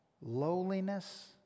lowliness